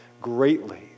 greatly